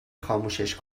خاموشش